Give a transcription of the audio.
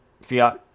Fiat